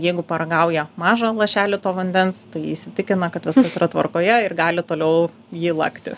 jeigu paragauja mažą lašelį to vandens tai įsitikina kad viskas yra tvarkoje ir gali toliau jį lakti